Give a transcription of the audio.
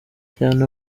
cyane